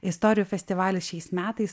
istorijų festivalis šiais metais